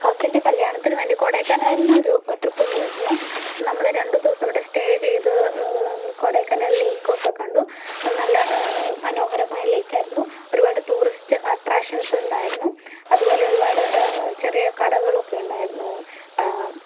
കസിൻ്റെ കല്യാണത്തിന് വേണ്ടി കൊടേക്കനാലിനൊരു ട്രിപ്പ് പോയിരുന്നു നമ്മൾ രണ്ട് ദിവസം അവിടെ സ്റ്റേ ചെയ്ത് നമ്മൾ കൊടേക്കനാൽ ലെയിക്കൊക്കെ കണ്ടു നല്ല മനോഹരമായ ലെയിക്കായിരുന്നു ഒരുപാട് ടൂറിസ്റ്റ് അട്രാക്ഷൻസ് ഉണ്ടായിരുന്നു അതുപോലെ ഒരുപാട് ചെറിയ കടകളൊക്കെ ഉണ്ടായിരുന്നു